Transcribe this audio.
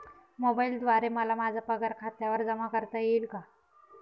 मोबाईलद्वारे मला माझा पगार खात्यावर जमा करता येईल का?